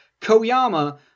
Koyama